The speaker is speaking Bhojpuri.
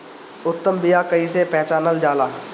उत्तम बीया कईसे पहचानल जाला?